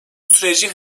süreci